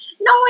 no